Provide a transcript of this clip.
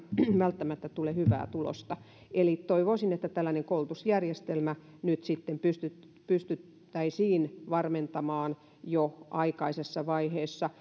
välttämättä tule hyvää tulosta eli toivoisin että tällainen koulutusjärjestelmä nyt sitten pystyttäisiin varmentamaan jo aikaisessa vaiheessa